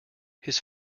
his